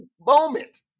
moment